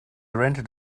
rented